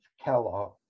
Kellogg